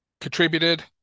contributed